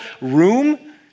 room